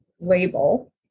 label